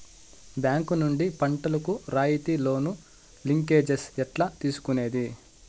Bank నుండి పంటలు కు రాయితీ లోను, లింకేజస్ ఎట్లా తీసుకొనేది?